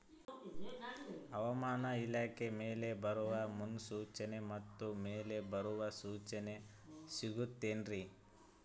ಹವಮಾನ ಇಲಾಖೆ ಮಳೆ ಬರುವ ಮುನ್ಸೂಚನೆ ಮತ್ತು ಮಳೆ ಬರುವ ಸೂಚನೆ ಸಿಗುತ್ತದೆ ಏನ್ರಿ?